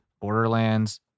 Borderlands